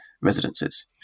residences